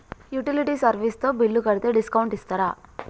Utility service తో bill కడితే discount ఇస్తరా?